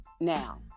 now